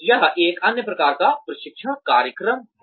यह एक अन्य प्रकार का प्रशिक्षण कार्यक्रम है